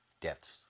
deaths